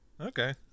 Okay